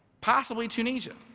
possibly tunisia.